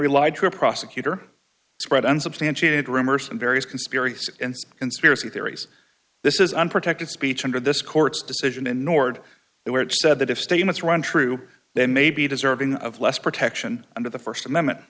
relied to a prosecutor spread unsubstantiated rumors and various conspiracies and conspiracy theories this isn't protected speech under this court's decision in nord where it said that if statements run true they may be deserving of less protection under the st amendment